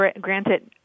granted